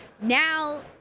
now